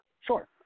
Sure